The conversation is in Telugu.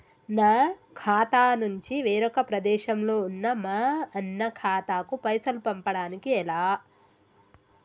నా ఖాతా నుంచి వేరొక ప్రదేశంలో ఉన్న మా అన్న ఖాతాకు పైసలు పంపడానికి ఎలా?